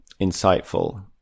insightful